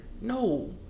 No